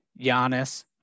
Giannis